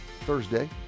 Thursday